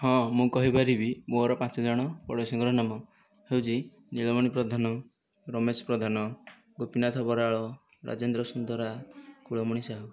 ହଁ ମୁଁ କହିପାରିବି ମୋର ପାଞ୍ଚଜଣ ପଡ଼ୋଶୀଙ୍କର ନାମ ହେଉଛି ନୀଳମଣି ପ୍ରଧାନ ରମେଶ ପ୍ରଧାନ ଗୋପୀନାଥ ବରାଳ ରାଜେନ୍ଦ୍ର ସୁନ୍ଦରା କୁଳମଣି ସାହୁ